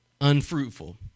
unfruitful